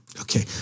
Okay